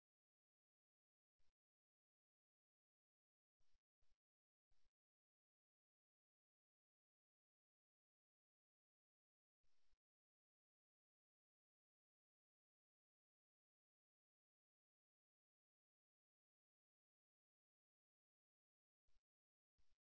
எந்தவொரு தொழில்முறை தொடர்புகளிலும் கால்களின் நிலை மற்றும் பாதங்களின் நிலை என்ன என்பது பற்றிய எனது விவாதத்தை நான் முடிக்கிறேன்